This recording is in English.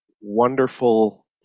wonderful